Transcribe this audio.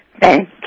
Thank